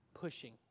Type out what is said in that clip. Pushing